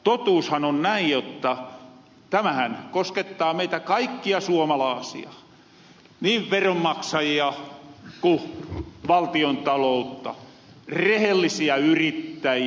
totuushan on näin jotta tämähän koskettaa meitä kaikkia suomalaasia niin veronmaksajia ku valtiontaloutta rehellisiä yrittäjiä